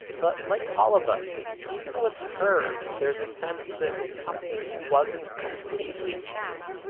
but like all of us even with her there's a sense that something wasn't completely equal.